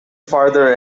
farther